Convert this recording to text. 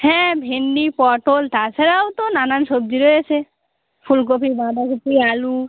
হ্যাঁ ভেন্ডি পটল তাছাড়াও তো নানান সবজি রয়েছে ফুলকপি বাঁধাকপি আলু